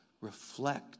reflect